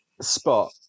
spot